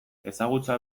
ezagutza